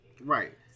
Right